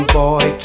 boy